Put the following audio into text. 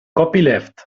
copyleft